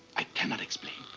i cannot explain.